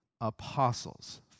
apostles